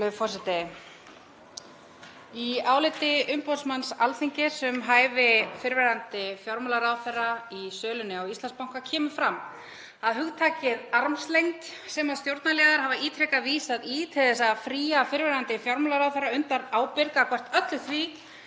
Í áliti umboðsmanns Alþingis um hæfi fyrrverandi fjármálaráðherra í sölunni á Íslandsbanka kemur fram að hugtakið armslengd, sem stjórnarliðar hafa ítrekað vísað í til að fría fyrrverandi fjármálaráðherra undan ábyrgð gagnvart öllu því